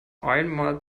einmal